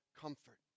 comfort